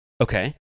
Okay